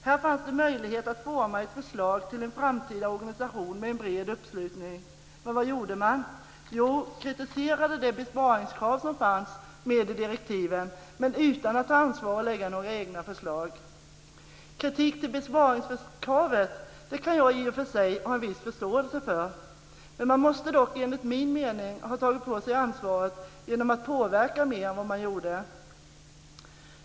Här fanns det möjlighet att forma ett förslag till en framtida organisation med en bred uppslutning, men vad gjorde man? Jo, man kritiserade det besparingskrav som fanns med i direktiven men utan att ta ansvar och lägga några egna förslag. Kritik till besparingskravet kan jag i och för sig ha en viss förståelse för, men man borde enligt min mening ha tagit på sig ansvaret genom att påverka mer än vad man gjorde.